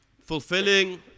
Fulfilling